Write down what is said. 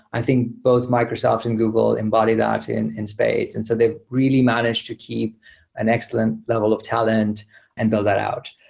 i think both microsoft and google embody that in in space. and so they've really managed to keep an excellent level of talent and build that out.